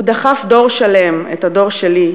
הוא דחף דור שלם, את הדור שלי,